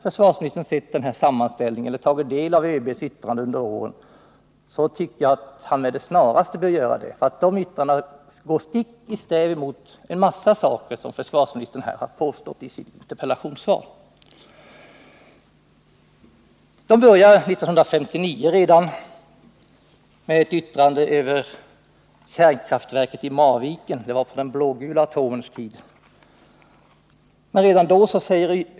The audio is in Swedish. Har han inte sett sammanställningen eller tagit del av ÖB:s yttranden under åren, tycker jag att han med det snaraste bör läsa det här, eftersom yttrandena går stick i stäv mot en mängd uttalanden i interpellationssvaret. Det började redan 1959 med ett yttrande om kärnkraftverket i Marviken — det var på den blågula atomens tid.